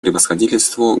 превосходительству